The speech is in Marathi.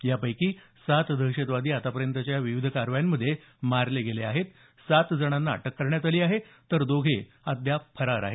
यापैकी सात दहशतवादी आतापर्यंतच्या विविध कारवायांमध्ये मारले गेले आहेत सात जणांना अटक करण्यात आली आहे तर दोघे अद्याप फरार आहेत